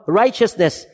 righteousness